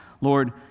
Lord